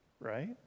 right